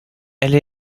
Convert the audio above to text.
elle